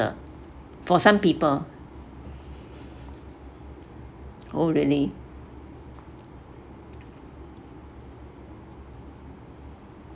for some people oh really